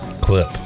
Clip